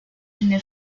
une